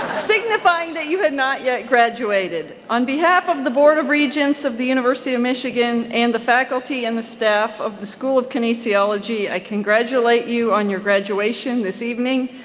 signifying that you had not yet graduated, on behalf of the board of regents of the university of michigan and the faculty and the staff of the school of kinesiology, i congratulate you on your graduation this evening.